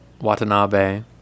watanabe